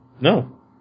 No